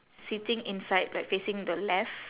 sitting inside like facing the left